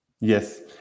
Yes